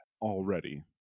Already